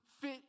fit